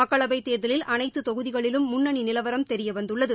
மக்களவைத் தேர்தலில் அனைத்து தொகுதிகளிலும் முன்னணி நிலவரம் தெரியவந்துள்ளது